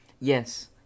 Yes